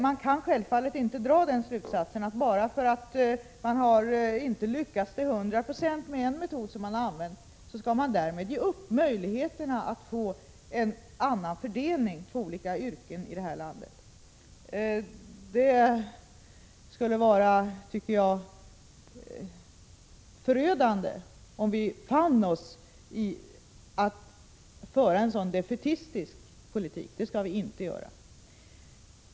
Man kan självfallet inte dra den slutsatsen att man, bara för att man inte har lyckats till hundra procent med en metod som man har använt, därmed skall ge upp försöken att få en annan fördelning på olika yrken i detta land. Det skulle vara förödande om vi fann oss i att föra en så defaitistisk politik — det skall vi inte göra.